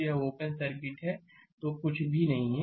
तो यह open circuit है तो कुछ भी नहीं है